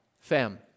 Fam